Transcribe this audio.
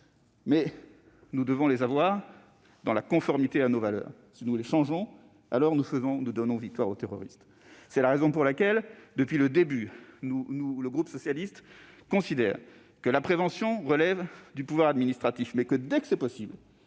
doit néanmoins se faire conformément à nos valeurs. Si nous en changions, nous offririons la victoire aux terroristes. C'est la raison pour laquelle, depuis le début, le groupe socialiste considère que la prévention relève du pouvoir administratif, mais que, dès que c'est possible,